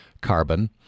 carbon